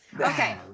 Okay